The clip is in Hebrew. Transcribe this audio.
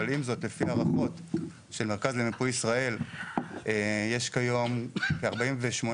לפי הערכות של המרכז למיפוי ישראל יש כיום כ-48,000